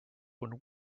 when